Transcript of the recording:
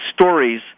stories